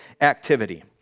activity